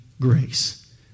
grace